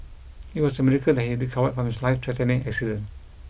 it was a miracle that he recovered from his life threatening accident